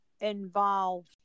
involved